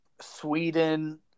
Sweden